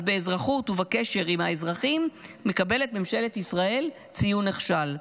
אז על אזרחות ובקשר עם אזרחים מקבלת ממשלת ישראל ציון נכשל.